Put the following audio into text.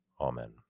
Amen